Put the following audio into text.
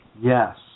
Yes